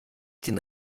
den